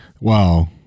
Wow